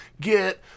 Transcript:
get